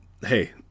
Hey